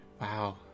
Wow